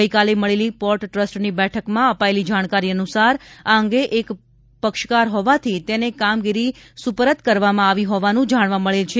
ગઈકાલે મળેલી પોર્ટ ટ્રસ્ટની બેઠકમાં અપાયેલી જાણકારી અનુસાર આ અંગે એક જ પક્ષકાર હોવાથી તેને કામગીરી સુપરત કરવામાં આવી હોવાનું જાણવા મળે છે